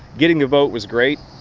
getting the vote was great,